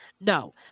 No